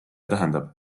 tähendab